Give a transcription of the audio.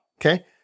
okay